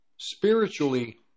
spiritually